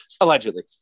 Allegedly